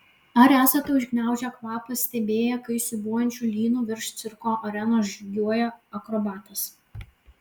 ar esate užgniaužę kvapą stebėję kai siūbuojančiu lynu virš cirko arenos žygiuoja akrobatas